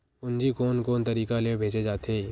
पूंजी कोन कोन तरीका ले भेजे जाथे?